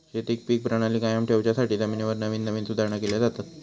शेतीत पीक प्रणाली कायम ठेवच्यासाठी जमिनीवर नवीन नवीन सुधारणा केले जातत